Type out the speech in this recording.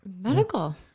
medical